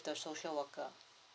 the social worker